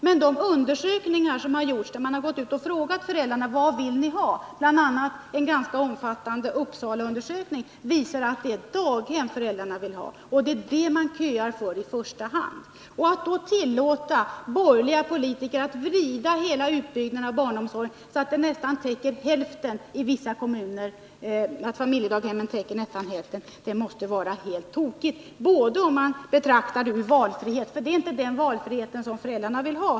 Men i de undersökningar som gjorts, i vilka man gått ut och frågat föräldrarna om vad de vill ha, visar det sig att det är daghem dessa vill ha. En mycket omfattande sådan undersökning gjordes i Uppsala. Att då tillåta borgerliga politiker att vrida hela utbyggnaden av barnomsorgen så att familjedaghemmen täcker nästan hälften måste vara helt tokigt. - Det är är här inte fråga om den valfrihet som föräldrarna vill ha.